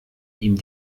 ihm